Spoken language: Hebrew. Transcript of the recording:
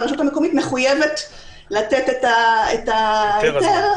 והרשות המקומית מחויבת לתת את ההיתר,